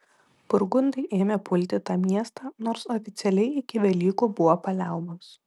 burgundai ėmė pulti tą miestą nors oficialiai iki velykų buvo paliaubos